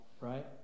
right